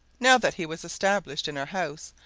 now that he was established in our house,